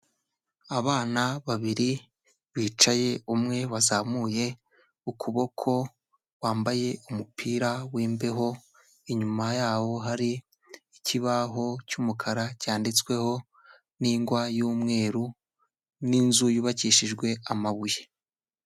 Abana babiri bicaye, umwe wazamuye ukuboko wambaye umupira w'imbeho, inyuma yabo hari ikibaho cy'umukara, cyanditsweho n'ingwa y'umweru, n'inzu yubakishijwe amabuye.